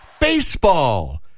Baseball